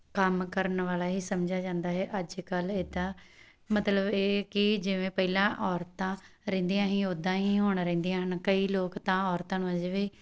ਕੰਮ ਕਰਨ ਵਾਲਾ ਹੀ ਸਮਝਿਆ ਜਾਂਦਾ ਹੈ ਅੱਜ ਕੱਲ੍ਹ ਇਹਦਾ ਮਤਲਬ ਇਹ ਕਿ ਜਿਵੇਂ ਪਹਿਲਾਂ ਔਰਤਾਂ ਰਹਿੰਦੀਆਂ ਸੀ ਉੱਦਾਂ ਹੀ ਹੁਣ ਰਹਿੰਦੀਆਂ ਹਨ ਕਈ ਲੋਕ ਤਾਂ ਔਰਤਾਂ ਨੂੰ ਅਜੇ ਵੀ